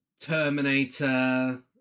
Terminator